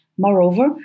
Moreover